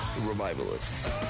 Revivalists